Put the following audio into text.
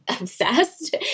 obsessed